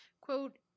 quote